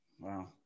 Wow